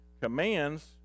commands